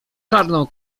czarną